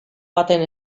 baten